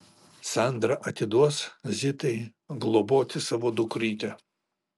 sandra atiduos zitai globoti savo dukrytę